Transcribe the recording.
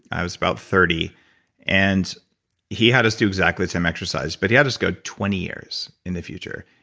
i was about thirty and he had us do exactly some exercise. but he had us go twenty years in the future.